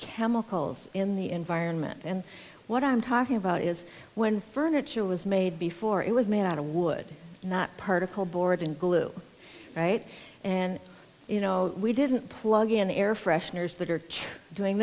chemicals in the environment and what i'm talking about is when furniture was made before it was made out of wood not particleboard and glue right and you know we didn't plug in air fresheners that are try doing